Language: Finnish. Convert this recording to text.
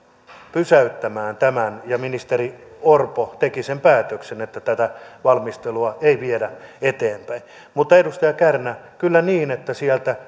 pysäyttämään tämän ja ministeri orpo teki sen päätöksen että tätä valmistelua ei viedä eteenpäin mutta edustaja kärnä kyllä on niin että